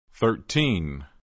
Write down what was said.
thirteen